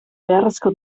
beharrezko